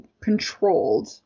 controlled